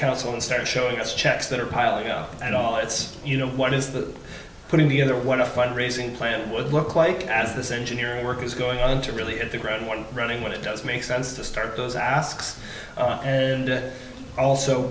council and start showing us checks that are piled up and all it's you know what is the putting together what a fundraising plan would look like as this engineering work is going to really hit the ground one running what does make sense to start those asks and also